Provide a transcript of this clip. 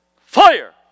Fire